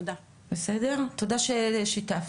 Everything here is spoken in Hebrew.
תודה ששיתפת.